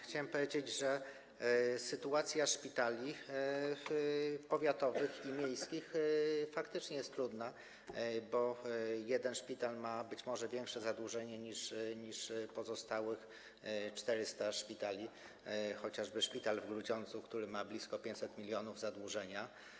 Chciałbym powiedzieć, że sytuacja szpitali powiatowych i miejskich faktycznie jest trudna, bo dany szpital ma być może większe zadłużenie niż pozostałych 400 szpitali, chociażby szpital w Grudziądzu, który ma blisko 500 mln zadłużenia.